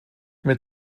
mit